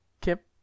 Kip